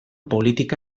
politika